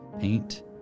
paint